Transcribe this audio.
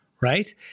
right